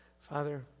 Father